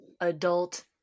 adult